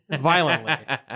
violently